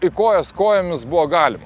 į kojas kojomis buvo galima